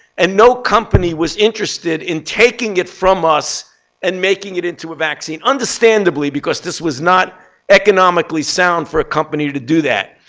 and no company was interested in taking it from us and making making it into a vaccine understandably, because this was not economically sound for a company to do that.